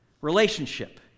relationship